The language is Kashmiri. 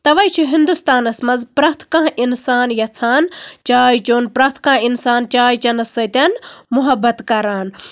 تَوے چھُ ہِندُستانَس منٛز پرٮ۪تھ کانہہ اِنسان یَژھان چاے چیوٚن پرٮ۪تھ کانہہ اِنسان چاے چٮ۪نَس سۭتۍ مُحبت کران